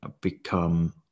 become